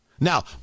Now